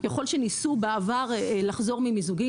ככל שניסו בעבר לחזור ממיזוגים,